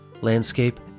landscape